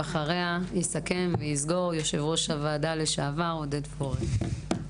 ואחריה יסגור ויסכם יושב-ראש הוועדה לשעבר עודד פורר.